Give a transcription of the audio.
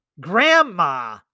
grandma